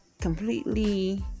completely